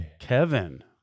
Kevin